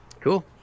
cool